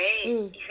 mm